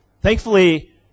Thankfully